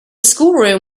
schoolroom